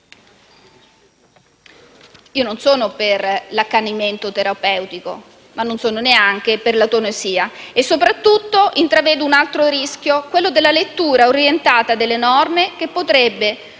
Io non sono per l'accanimento terapeutico, ma non sono neanche per l'eutanasia e soprattutto intravedo un altro rischio, quello della lettura orientata delle norme, che potrebbe